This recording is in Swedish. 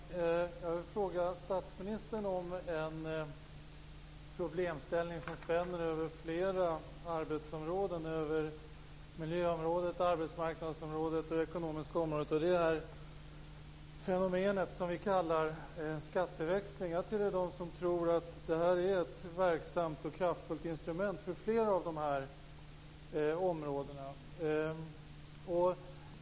Herr talman! Jag vill fråga statsministern om en problemställning som spänner över flera arbetsområden - över miljöområdet, arbetsmarknadsområdet och det ekonomiska området. Det gäller det fenomen som vi kallar för skatteväxling. Jag tillhör dem som tror att skatteväxling är ett verksamt och kraftfullt instrument för flera av de här områdena.